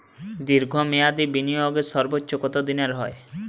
দীর্ঘ মেয়াদি বিনিয়োগের সর্বোচ্চ কত দিনের হয়?